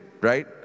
right